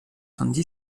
soixante